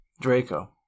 Draco